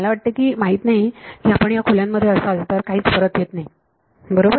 मला वाटते हे माहित नाही की आपण या खोल्यांमध्ये असाल तर काहीच परत येत नाही बरोबर